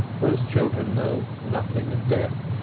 those children know nothing of death.